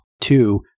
two